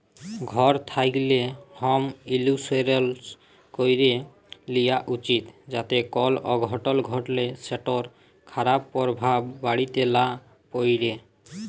ঘর থ্যাকলে হম ইলসুরেলস ক্যরে লিয়া উচিত যাতে কল অঘটল ঘটলে সেটর খারাপ পরভাব বাড়িতে লা প্যড়ে